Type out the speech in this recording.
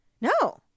No